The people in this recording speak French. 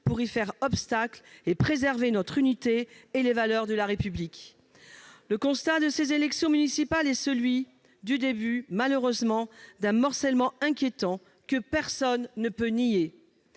pour y faire obstacle et préserver notre unité et les valeurs de la République. Ces élections municipales marquent malheureusement le début d'un morcellement inquiétant, que personne ne peut nier.